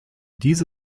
diese